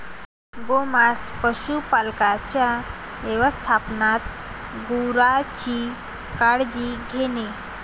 गोमांस पशुपालकांच्या व्यवस्थापनात गुरांची काळजी घेणे